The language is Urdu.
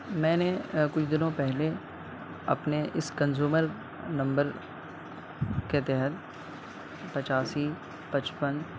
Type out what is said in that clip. میں نے کچھ دنوں پہلے اپنے اس کنزیومر نمبر کے تحت پچاسی پچپن